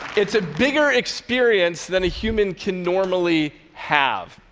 it's a bigger experience than a human can normally have.